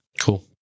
Cool